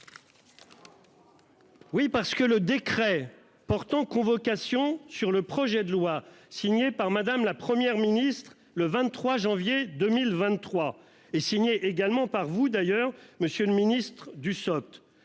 Oui parce que le décret portant convocation sur le projet de loi signée par madame, la Première ministre, le 23 janvier 2023 et signé également par vous d'ailleurs, Monsieur le Ministre Dussopt